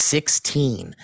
Sixteen